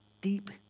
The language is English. deep